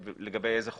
לגבי איזה חוב.